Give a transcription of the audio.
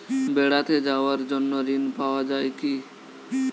বেড়াতে যাওয়ার জন্য ঋণ পাওয়া যায় কি?